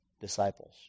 disciples